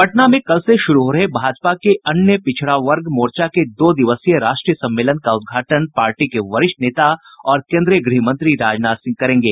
पटना में कल से शुरू हो रहे भाजपा के अन्य पिछड़ा वर्ग मोर्चा के दो दिवसीय राष्ट्रीय सम्मेलन का उदघाटन पार्टी के वरिष्ठ नेता और केन्द्रीय गृहमंत्री राजनाथ सिंह करेंगे